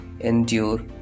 endure